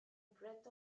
breath